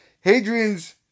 Hadrian's